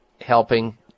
helping